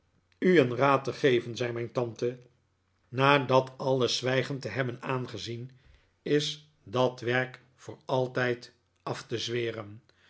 u een raad te geven zei mijn tante na dat alles zwijgend te hebben aangezien is dat werk voor altijd af te zweren